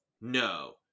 No